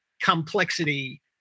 complexity